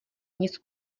nic